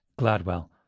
gladwell